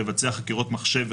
לבצע חקירות מחשב,